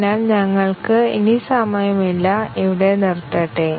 അതിനാൽ ഞങ്ങൾക്ക് ഇനി സമയമില്ല ഇവിടെ നിർത്തട്ടെ